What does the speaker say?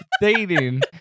Dating